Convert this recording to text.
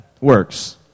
works